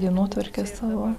dienotvarkę sako